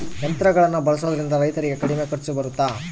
ಯಂತ್ರಗಳನ್ನ ಬಳಸೊದ್ರಿಂದ ರೈತರಿಗೆ ಕಡಿಮೆ ಖರ್ಚು ಬರುತ್ತಾ?